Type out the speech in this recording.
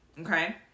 okay